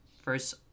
first